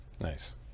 Nice